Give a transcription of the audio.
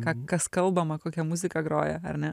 ką kas kalbama kokia muzika groja ar ne